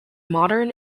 modern